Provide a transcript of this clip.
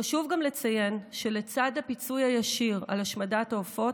חשוב גם לציין שלצד הפיצוי הישיר על השמדת העופות,